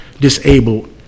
disabled